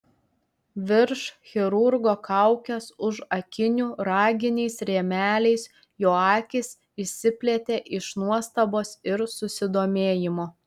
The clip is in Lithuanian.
virš chirurgo kaukės už akinių raginiais rėmeliais jo akys išsiplėtė iš nuostabos ir susidomėjimo